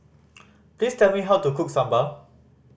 please tell me how to cook Sambar